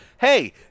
Hey